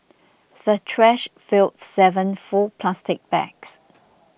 the trash filled seven full plastic bags